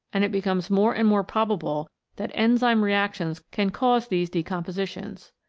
and it becomes more and more probable that enzyme reactions can cause these decompositions.